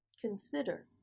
Consider